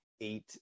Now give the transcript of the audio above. eight